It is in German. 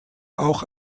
auch